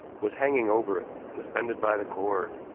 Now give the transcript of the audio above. was hanging over it, suspended by the cord,